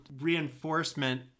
reinforcement